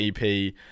EP